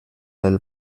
del